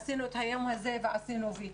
עשינו את היום הזה ועשינו וי.